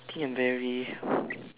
think I'm very